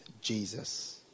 Jesus